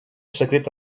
secret